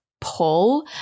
pull